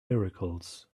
miracles